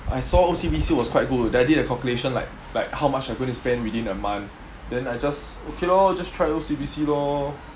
I saw O_C_B_C was quite good then I did a calculation like like how much I'm going to spend within a month then I just okay lor just try O_C_B_C lor